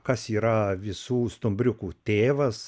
kas yra visų stumbriukų tėvas